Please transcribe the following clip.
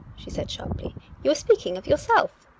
she said sharply you were speaking of yourself.